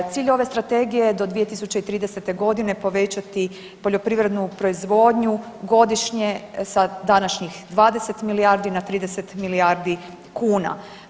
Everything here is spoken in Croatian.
Cilj je ove strategije do 2030.g. povećati poljoprivrednu proizvodnju godišnje sa današnjih 20 milijardi na 30 milijardi kuna.